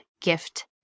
gift